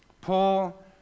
Paul